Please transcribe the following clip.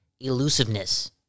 elusiveness